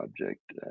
object